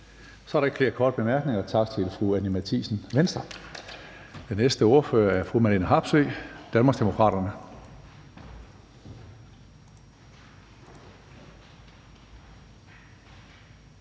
Så er der ikke flere korte bemærkninger. Tak til fru Anni Matthiesen, Venstre. Næste ordfører er fru Marlene Harpsøe, Danmarksdemokraterne.